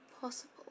possible